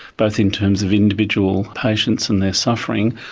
both in terms of individual patients and their suffering,